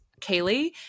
kaylee